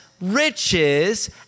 riches